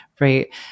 right